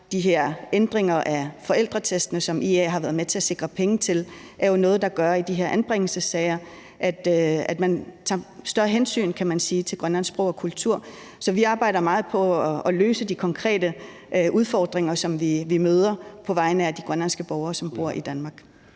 ændringer af forældretestene, som IA har været med til at sikre penge til, jo noget, der i de her anbringelsessager gør, at man tager større hensyn til grønlandsk sprog og kultur. Så vi arbejder meget på at løse de konkrete udfordringer, som vi møder, på vegne af de grønlandske borgere, som bor i Danmark.